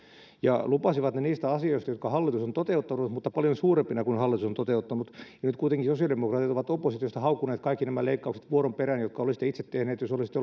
lupasivat ne niistä asioista jotka hallitus on toteuttanut mutta paljon suurempina kuin hallitus on toteuttanut nyt kuitenkin sosiaalidemokraatit ovat oppositiosta haukkuneet kaikki nämä leikkaukset vuoron perään jotka olisitte itse tehneet jos olisitte